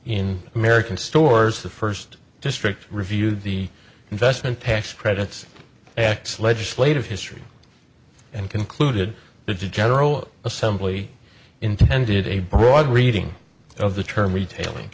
in american stores the first district reviewed the investment passed credits x legislative history and concluded that the general assembly intended a broad reading of the term retailing